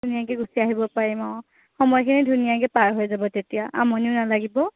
ধুনীয়াকৈ গুচি আহিব পাৰিম অঁ সময়খিনি ধুনীয়াকৈ পাৰ হৈ যাব তেতিয়া আমনিও নালাগিব